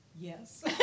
Yes